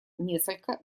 несколько